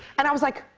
and i was like,